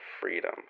freedom